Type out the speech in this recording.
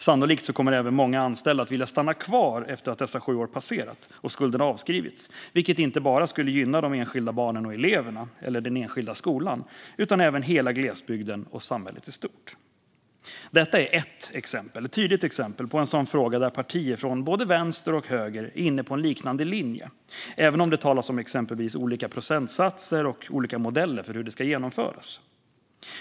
Sannolikt kommer även många anställda att vilja stanna kvar efter att dessa sju år passerat och skulderna avskrivits, vilket inte bara skulle gynna de enskilda barnen och eleverna eller den enskilda skolan utan även hela glesbygden och samhället i stort. Detta är ett tydligt exempel på en sådan fråga där partier från både vänster och höger är inne på en liknande linje, även om det talas om exempelvis olika procentsatser och olika modeller för hur det ska genomföras.